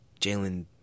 Jalen